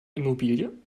immobilie